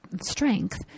strength